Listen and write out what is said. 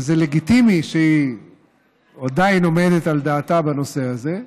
וזה לגיטימי שהיא עדיין עומדת על דעתה בנושא הזה,